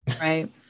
Right